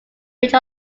range